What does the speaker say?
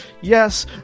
Yes